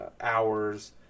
hours